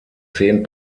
zehn